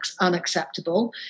unacceptable